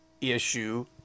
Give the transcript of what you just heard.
issue